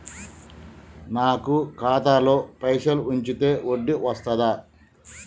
నాకు ఖాతాలో పైసలు ఉంచితే వడ్డీ వస్తదా?